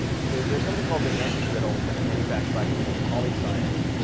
so there's something called the anti-griddle, which is manufactured by a company called polyscience.